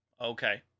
Okay